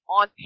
on